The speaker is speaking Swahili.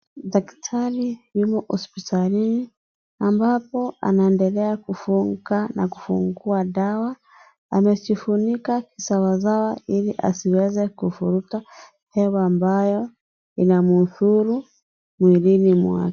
Daktari yumo hospitalini ambapo anaendelea kufunga na kufungua dawa, anajifunika sawasawa ili asiweze kuvutura hewa ambayo inamhudhuru mwilini mwake.